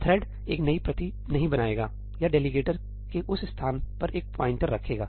thread एक नई प्रति नहीं बनाएगा यह डेलीगेटर के उस स्थान पर एक प्वाइंटर रखेगा